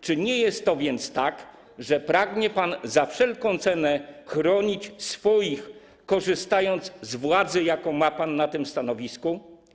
Czy nie jest to więc tak, że pragnie pan za wszelką cenę chronić swoich, korzystając z władzy, jaką ma pan na tym stanowisku?